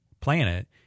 planet